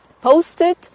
posted